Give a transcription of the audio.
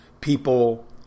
People